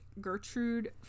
Gertrude